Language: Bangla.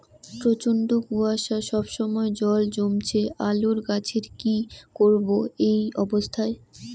প্রচন্ড কুয়াশা সবসময় জল জমছে আলুর গাছে কি করব এই অবস্থায়?